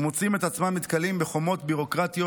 ומוצאים את עצמם נתקלים בחומות ביורוקרטיות